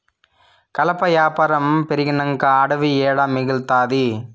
కలప యాపారం పెరిగినంక అడివి ఏడ మిగల్తాది